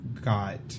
got